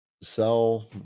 sell